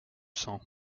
sang